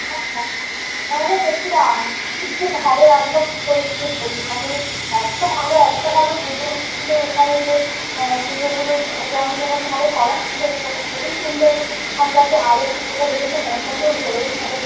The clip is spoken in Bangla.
আচ্ছা হ্যাঁ রে গিয়েছিলাম কী যে ভালো লাগল কী করে যে বলি মানে এত ভালো এত ভালো পুজো ছিল ওখানে যে পুজোগুলো মানে যেমন যেমনভাবে করার ছিল সেটা তো খুবই সুন্দর ওখানকার যে আরতি সেটা দেখে তো মনটা পুরো ভরেই গেল